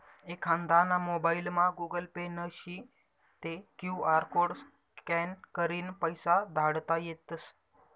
एखांदाना मोबाइलमा Google Pay नशी ते क्यु आर कोड स्कॅन करीन पैसा धाडता येतस